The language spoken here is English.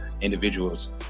individuals